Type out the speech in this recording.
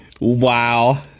Wow